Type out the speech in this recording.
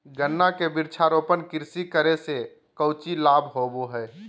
गन्ना के वृक्षारोपण कृषि करे से कौची लाभ होबो हइ?